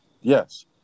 yes